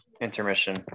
intermission